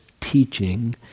teaching